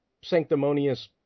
sanctimonious